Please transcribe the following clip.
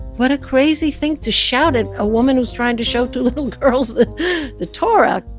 what a crazy thing to shout at a woman who's trying to show two little girls the the torah!